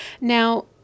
now